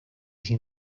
sin